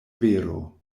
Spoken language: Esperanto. vero